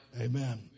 Amen